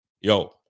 Yo